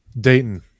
Dayton